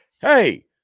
Hey